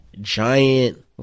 giant